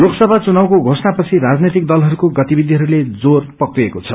लोकसभा चुनावको घोषणापछि राजनैतिक दलहरूको गतिविधिहरूले जोर फक्रेको छ